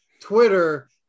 Twitter